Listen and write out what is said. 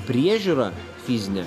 priežiūrą fizinę